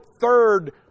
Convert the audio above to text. third